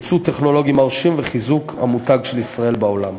יצוא טכנולוגי מרשים וחיזוק המותג של ישראל בעולם.